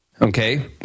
Okay